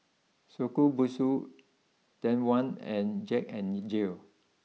Shokubutsu Danone and Jack N Jill